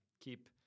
keep